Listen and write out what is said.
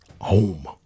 home